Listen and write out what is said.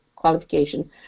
Qualification